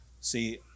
see